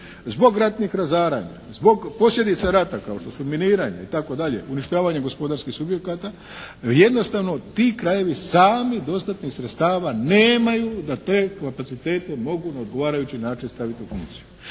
zbog ratnih razaranja, zbog posljedica rata kao što su miniranje itd., uništavanje gospodarskih subjekata jednostavno ti krajevi sami dostatnih sredstava nemaju da te kapacitete mogu na odgovarajući način staviti u funkciju